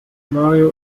mario